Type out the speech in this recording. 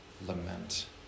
lament